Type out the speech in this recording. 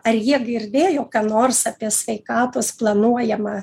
ar jie girdėjo ką nors apie sveikatos planuojamą